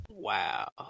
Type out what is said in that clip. Wow